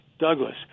Douglas